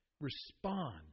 Respond